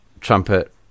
trumpet